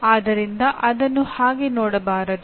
ಆದ್ದರಿಂದ ಅದನ್ನು ಹಾಗೆ ನೋಡಬಾರದು